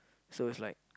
so it's like